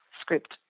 script